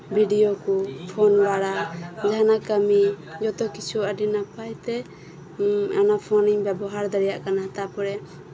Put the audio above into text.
video ᱠᱩ phone ᱵᱟᱲᱟ ᱡᱟᱦᱟᱱᱟᱜ ᱠᱟᱹᱢᱤ ᱡᱚᱛᱚᱠᱤᱪᱷᱩ ᱟᱹᱰᱤ ᱱᱟᱯᱟᱭᱛᱮ ᱚᱱᱟ ᱯᱷᱚᱱᱤᱧ ᱵᱮᱵᱚᱦᱟᱨ ᱫᱟᱲᱤᱭᱟᱜ ᱠᱟᱱᱟ ᱟᱨ